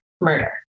murder